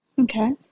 Okay